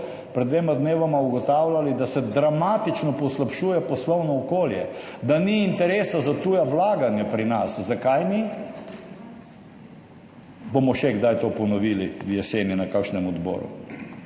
pred dvema dnevoma ugotavljali, da se dramatično poslabšuje poslovno okolje, da ni interesa za tuja vlaganja pri nas. Zakaj ni? Bomo še kdaj to ponovili v jeseni na kakšnem odboru.